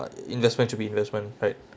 ah investment should be investment right